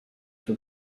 for